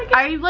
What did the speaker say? i like,